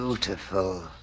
Beautiful